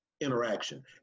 interaction